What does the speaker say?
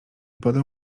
podał